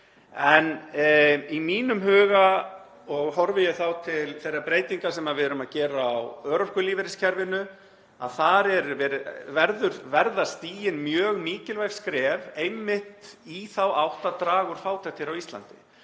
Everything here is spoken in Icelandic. Í mínum huga, og horfi ég þá til þeirra breytinga sem við erum að gera á örorkulífeyriskerfinu, verða stigin mjög mikilvæg skref einmitt í þá átt að draga úr fátækt á Íslandi.